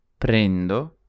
Prendo